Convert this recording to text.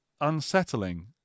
unsettling